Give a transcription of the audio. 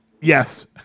Yes